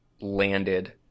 landed